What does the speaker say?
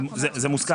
זה מוסכם